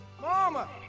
Mama